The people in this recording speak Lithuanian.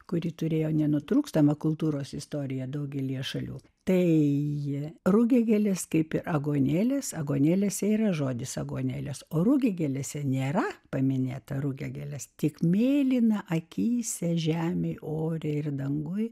kuri turėjo nenutrūkstamą kultūros istoriją daugelyje šalių tai jie rugiagėlės kaip aguonėlės aguonėlės jei yra žodis aguonėlės o rugiagėlės nėra paminėta rugiagėlės tik mėlyna akyse žemė ore ir danguje